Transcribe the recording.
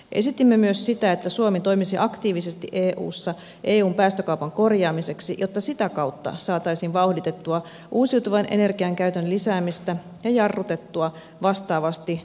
esitimme myös sitä että suomi toimisi aktiivisesti eussa eun päästökaupan korjaamiseksi jotta sitä kautta saataisiin vauhditettua uusiutuvan energiankäytön lisäämistä ja jarrutettua vastaavasti tuontipolttoaineiden käyttöä